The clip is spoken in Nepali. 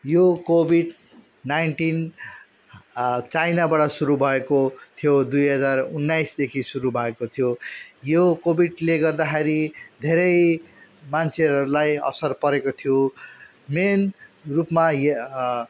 यो कोभिड नाइन्टिन चाइनाबाट सुरु भएको थियो दुई हजार उन्नाइसदेखि सुरु भएको थियो यो कोभिडले गर्दाखेरि धेरै मान्छेहरूलाई असर परेको थियो मेन रूपमा